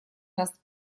нас